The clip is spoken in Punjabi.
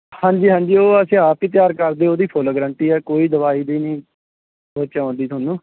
ਹਾਂਜੀ ਹਾਂਜੀ ਉਹ ਅਸੀਂ ਆਪ ਹੀ ਤਿਆਰ ਕਰਦੇ ਉਹਦੀ ਫੁੱਲ ਗਰੰਟੀ ਆ ਕੋਈ ਦਵਾਈ ਵੀ ਨਹੀਂ ਵਿੱਚ ਆਉਂਦੀ ਤੁਹਾਨੂੰ